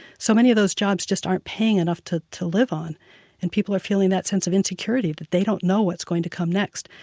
so many of those jobs just aren't paying enough to to live on and people are feeling that sense of insecurity, that they don't know what's going to come next.